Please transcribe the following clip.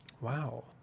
Wow